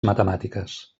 matemàtiques